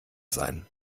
sein